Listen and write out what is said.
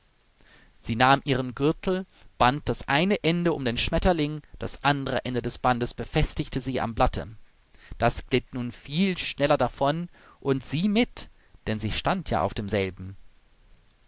sie nahm ihren gürtel band das eine ende um den schmetterling das andere ende des bandes befestigte sie am blatte das glitt nun viel schneller davon und sie mit denn sie stand ja auf demselben